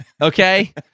Okay